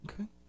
Okay